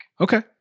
okay